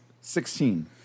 Sixteen